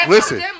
Listen